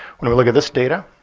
when we look at this data,